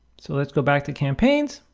so let's go back to campaigns.